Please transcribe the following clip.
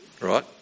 right